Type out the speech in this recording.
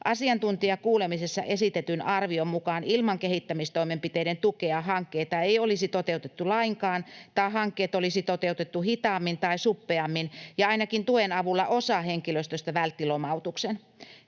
Asiantuntijakuulemisessa esitetyn arvion mukaan ilman kehittämistoimenpiteiden tukea hankkeita ei olisi toteutettu lainkaan tai hankkeet olisi toteutettu hitaammin tai suppeammin ja tuen avulla ainakin osa henkilöstöstä vältti lomautuksen.